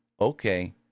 Okay